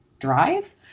drive